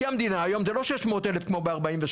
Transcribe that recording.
כי המדינה היום זה לא שש מאות אלף כמו ב-1948,